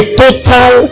total